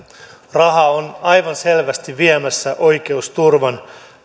raha on aivan selvästi viemässä oikeusturvan